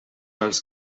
els